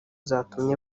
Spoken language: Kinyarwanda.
zatumye